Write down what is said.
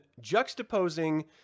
juxtaposing